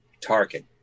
Tarkin